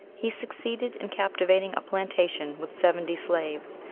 he succeeded in captivating a plantation with seventy slaves,